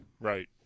Right